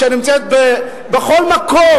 שנמצאת בכל מקום,